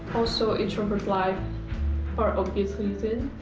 also introvert life for obvious reason